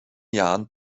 jahren